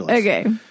Okay